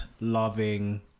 loving